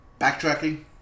backtracking